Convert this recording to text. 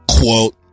Quote